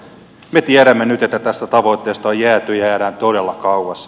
me tiedämme nyt että tästä tavoitteesta on jääty ja jäädään todella kauas